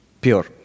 pure